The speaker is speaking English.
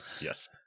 Yes